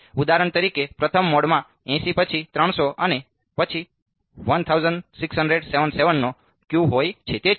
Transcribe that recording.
તેથી ઉદાહરણ તરીકે પ્રથમ મોડમાં 80 પછી 300 અને પછી 1677નો Q હોય છે